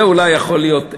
זה אולי יכול להיות עז.